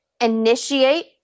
initiate